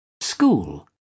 School